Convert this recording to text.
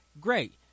Great